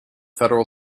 federal